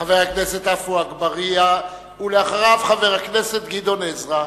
חבר הכנסת אגבאריה, ואחריו, חבר הכנסת גדעון עזרא.